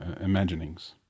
imaginings